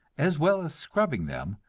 as well as scrubbing them,